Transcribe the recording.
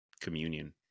communion